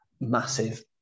massive